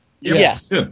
Yes